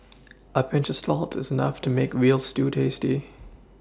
a Pinch of salt is enough to make a veal stew tasty